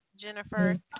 Jennifer